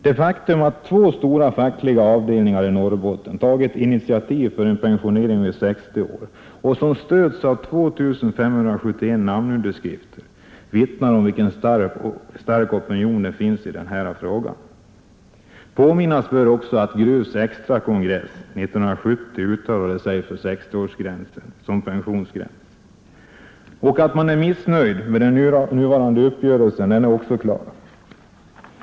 Det faktum att två stora fackliga avdelningar i Norrbotten har tagit initiativ till en pensionering vid 60 år — och fått stöd av 2 571 namnunderskrifter — vittnar om vilken stark opinion som finns för en tidigare pensionering. Det bör också påminnas om att Gruvs extrakongress 1970 uttalade sig för 60 års ålder som pensionsgräns. Klart är också att arbetarna är missnöjda med den uppgörelse som nu gäller.